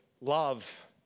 love